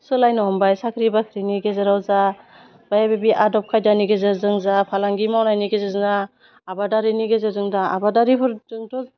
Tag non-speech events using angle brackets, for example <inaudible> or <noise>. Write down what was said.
सोलायनो हमबाय साख्रि बाख्रिनि गेजेराव जा <unintelligible> आदब खायदानि गेजेरजों जा फालांगि मावनायनि गेजेरजों जा आबादारिनि गेजेरजों जा आबादारिफोरजोंथ'